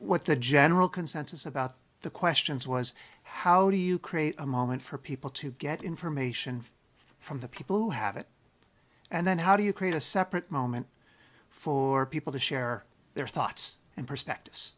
what the general consensus about the questions was how do you create a moment for people to get information from the people who have it and then how do you create a separate moment for people to share their thoughts and perspectives